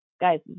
guys